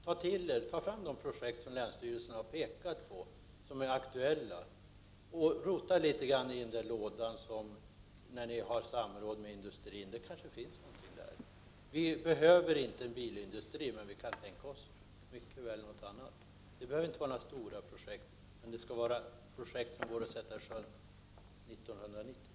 Ta fram de aktuella projekt som länsstyrelsen har pekat på och rota litet grand i lådan med uppgifter om samråd med industrin! Det finns där kanske något som man kan ta fasta på. Vi behöver inte en bilindustri, men vi kan mycket väl tänka oss något annat. Det behöver inte vara några stora projekt, men projekt som kan sättas i sjön 1990.